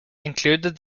included